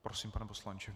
Prosím, pane poslanče.